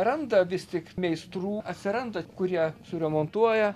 randa vis tik meistrų atsiranda kurie suremontuoja